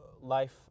life